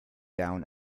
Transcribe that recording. down